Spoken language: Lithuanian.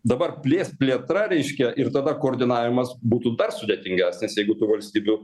dabar plės plėtra reiškia ir tada koordinavimas būtų dar sudėtingesnis jeigu tų valstybių